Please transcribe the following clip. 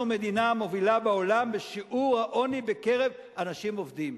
אנחנו המדינה המובילה בעולם בשיעור העוני בקרב אנשים עובדים.